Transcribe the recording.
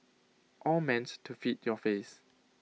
all meant to fit your face